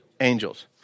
angels